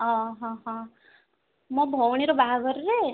ହଁ ହଁ ମୋ ଭଉଣୀର ବାହାଘରରେ